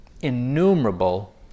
innumerable